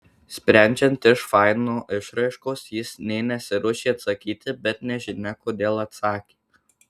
sprendžiant iš faino išraiškos jis nė nesiruošė atsakyti bet nežinia kodėl atsakė